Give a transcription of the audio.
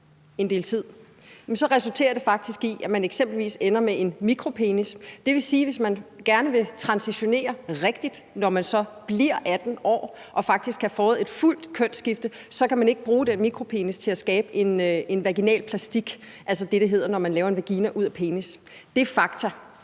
stykke tid, resulterer det faktisk i, at man eksempelvis ender med en mikropenis. Det vil sige, at hvis man gerne vil transitionere rigtigt, når man så bliver 18 år og faktisk kan få et fuldt kønsskifte, kan man ikke bruge den mikropenis til at skabe en vaginalplastik, altså det, det hedder, når man laver en vagina ud af penis. Det er fakta.